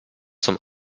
zum